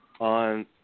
On